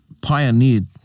pioneered